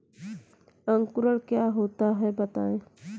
अंकुरण क्या होता है बताएँ?